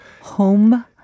Home